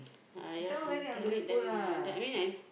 !aiya! I don't need them lah I mean I